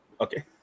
Okay